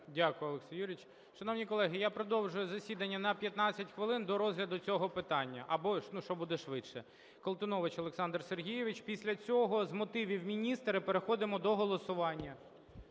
Дякую, Олексій Юрійович. Шановні колеги, я продовжую засідання на 15 хвилин, до розгляду цього питання або якщо буде швидше. Колтунович Олександр Сергійович. Після цього з мотивів міністр і переходимо до голосування.